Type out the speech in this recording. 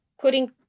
putting